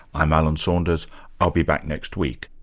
i'm alan saunders i'll be back next week